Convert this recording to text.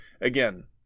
again